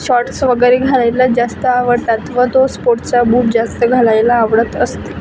shorts वगैरे घालायला जास्त आवडतात व तो स्पोटचा बूट जास्त घालायला आवडत असते